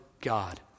God